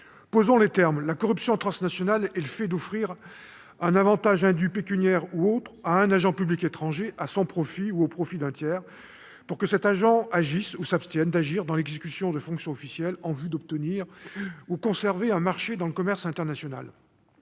Posons les termes : la corruption transnationale est le fait d'offrir un avantage indu, pécuniaire ou autre, à un agent public étranger, à son profit ou au profit d'un tiers, pour que cet agent agisse ou s'abstienne d'agir dans l'exécution de fonctions officielles, en vue d'obtenir ou de conserver un marché dans le commerce international.